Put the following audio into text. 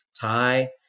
Thai